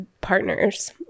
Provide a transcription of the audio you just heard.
partners